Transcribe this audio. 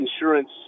insurance